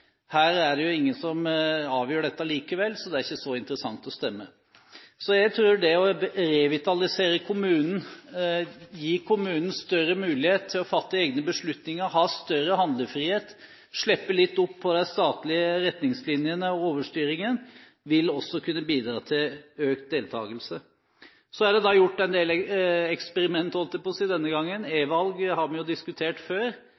jo ingen som avgjør dette likevel, så det er ikke så interessant å stemme. Så jeg tror at det å revitalisere kommunen – gi kommunen større mulighet til å fatte egne beslutninger, ha større handlefrihet, slippe litt opp på de statlige retningslinjene og overstyringen – også vil kunne bidra til økt deltagelse. Så er det gjort en del eksperimenter – holdt jeg på å si – denne gangen: E-valg har vi diskutert før.